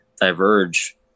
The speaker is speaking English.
diverge